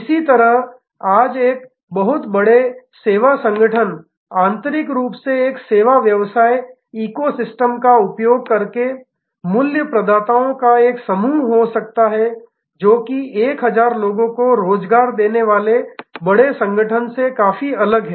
इसी तरह आज एक बहुत बड़े सेवा संगठन आंतरिक रूप से एक सेवा व्यवसाय इको सिस्टम का उपयोग करके मूल्य प्रदाताओं का एक समूह हो सकता है जो कि 1000 लोगों को रोजगार देने वाले बड़े संगठन से काफी अलग है